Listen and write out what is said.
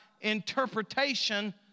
interpretation